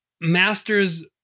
masters